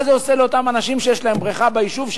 מה זה עושה לאותם אנשים שיש להם בריכה ביישוב,